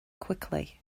quickly